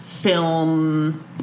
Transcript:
Film